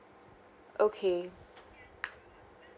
okay